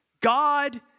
God